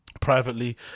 privately